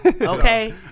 okay